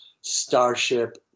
starship